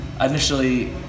initially